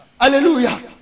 hallelujah